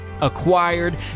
acquired